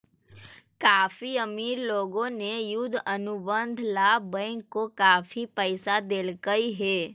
काफी अमीर लोगों ने युद्ध अनुबंध ला बैंक को काफी पैसा देलकइ हे